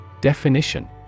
Definition